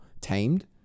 tamed